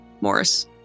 Morris